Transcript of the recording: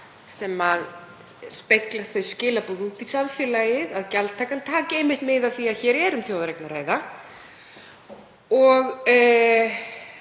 sem spegli þau skilaboð út í samfélagið að gjaldtakan taki einmitt mið af því að hér er um þjóðareign að ræða en